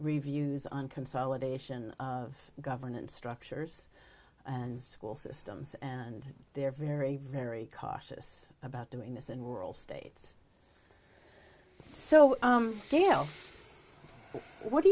reviews on consolidation of governance structures and school systems and they're very very cautious about doing this in world states so you know what do